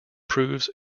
proves